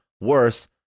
worse